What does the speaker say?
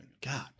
God